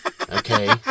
Okay